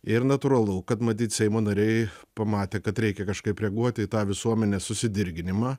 ir natūralu kad matyt seimo nariai pamatė kad reikia kažkaip reaguoti į tą visuomenės susidirginimą